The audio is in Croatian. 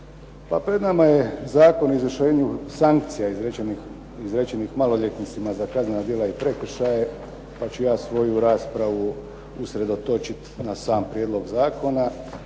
pred nama je Zakon o izvršenju sankcija izrečenih maloljetnicima za kaznena djela i prekršaje, pa ću ja svoju raspravu usredotočiti na sam prijedlog zakona,